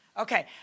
Okay